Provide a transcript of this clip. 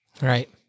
right